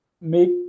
make